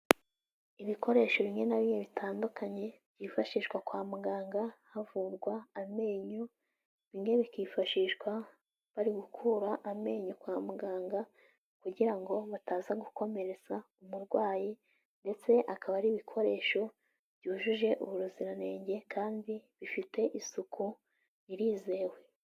Ibikoresho bimwe na bimwe bitandukanye byifashishwa kwa muganga havurwa amenyo, bimwe bikifashishwa bari gukura amenyo kwa muganga, kugira ngo bataza gukomeretsa umurwayi, ndetse akaba ari ibikoresho byujuje ubuziranenge kandi bifite isuku irizewe.